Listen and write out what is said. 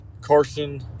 Carson